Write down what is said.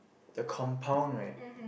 the compound right